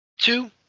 Two